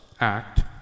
act